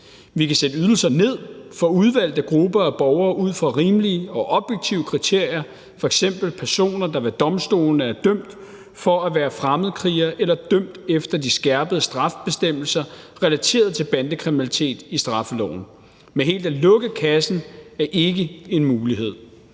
Vi kan sætte ydelser ned for udvalgte grupper af borgere ud fra rimelige og objektive kriterier, f.eks. personer, der ved domstolene er dømt for at være fremmedkrigere eller dømt efter de skærpede straffebestemmelser relateret til bandekriminalitet i straffeloven. Men helt at lukke kassen er ikke en mulighed.